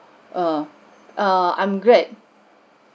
err err I'm glad